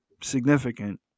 significant